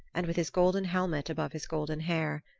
and with his golden helmet above his golden hair,